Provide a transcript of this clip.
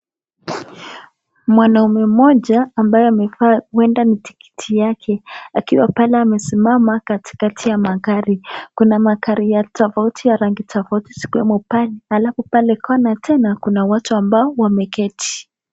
Mwanaume moja ambaye amevaa huenda ni tikiti yake akiwa pale amesimama katikati ya magari. Kuna magari tofauti ya rangi tofauti zikiwemo black halafu pale kona tena kuna watu amabo wameketi.